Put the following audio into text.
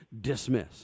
dismiss